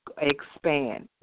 expand